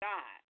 God